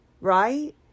right